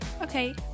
Okay